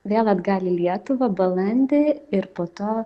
vėl atgal į lietuvą balandį ir po to